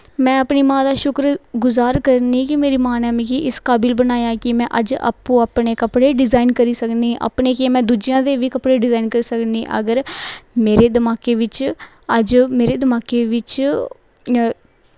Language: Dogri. में अपनी मां दा शुकर गजार करनी कि मेरी मां नै मिगी इस काबल बनाया कि अप्पूं अप्पैं अपने कपड़े डिज़ाइन करी सकनी में दुजेआं दे कपड़े बी डिज़ाइन करी सकनी अगर मेरे दमाकै बिच्च